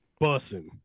Bussing